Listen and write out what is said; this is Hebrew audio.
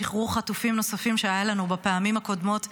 שחרור חטופים נוספים שהיה לנו בפעמים הקודמות,